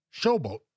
showboat